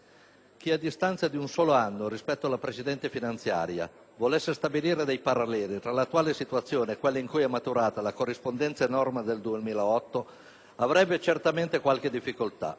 Chi a distanza di un solo anno rispetto alla precedente finanziaria volesse stabilire dei paralleli tra l'attuale situazione e quella in cui è maturata la corrispondente norma del 2008 avrebbe certamente qualche difficoltà.